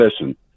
listen